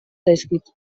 zaizkit